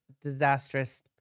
disastrous